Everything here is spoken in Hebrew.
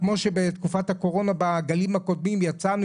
כמו שבתקופת הקורונה בגלים הקודמים יצאנו